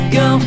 go